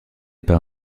par